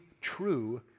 true